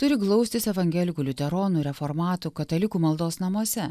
turi glaustis evangelikų liuteronų reformatų katalikų maldos namuose